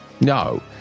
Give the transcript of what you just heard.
No